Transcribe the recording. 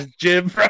Jim